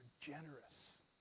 generous